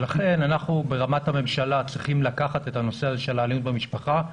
לכן אנחנו ברמת הממשלה צריכים לקחת את הנושא הזה של האלימות במשפחה.